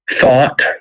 thought